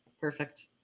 Perfect